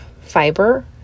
fiber